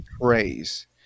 praise